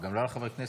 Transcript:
גם לא על חברי כנסת,